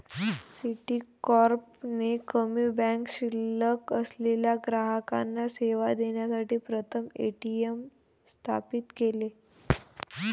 Citicorp ने कमी bank शिल्लक असलेल्या ग्राहकांना सेवा देण्यासाठी प्रथम ए.टी.एम स्थापित केले